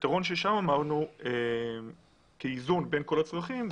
הפתרון שם כאיזון כל הצרכים,